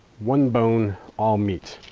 one bone, all meat.